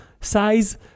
size